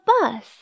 bus